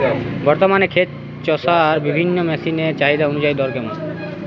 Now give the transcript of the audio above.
বর্তমানে ক্ষেত চষার বিভিন্ন মেশিন এর চাহিদা অনুযায়ী দর কেমন?